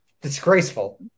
disgraceful